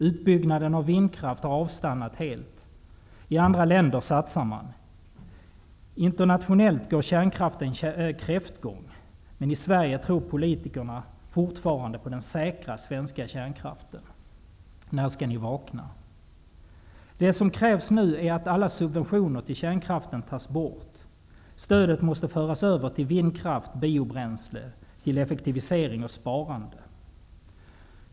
Utbyggnaden av vindkraft har avstannat helt. I andra länder satsar man. Internationellt går kärnkraften kräftgång, men i Sverige tror politikerna fortfarande på den säkra svenska kärnkraften. När skall ni vakna? Det som krävs nu är att alla subventioner till kärnkraften tas bort. Stödet måste föras över till vindkraft och biobränslen, till effektivisering och sparande.